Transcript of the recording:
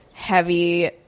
heavy